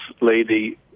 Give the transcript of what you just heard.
lady